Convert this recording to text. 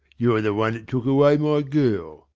you're the one that took away my girl.